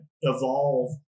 evolve